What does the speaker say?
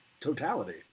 Totality